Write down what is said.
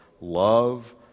love